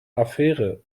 affäre